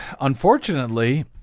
unfortunately